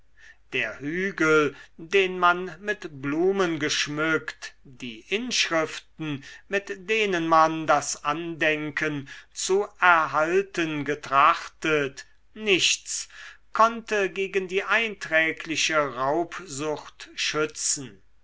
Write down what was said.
der hügel den man mit blumen geschmückt die inschriften mit denen man das andenken zu erhalten getrachtet nichts konnte gegen die einträgliche raubsucht schützen